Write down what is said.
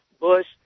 Bush